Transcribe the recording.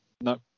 No